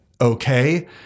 okay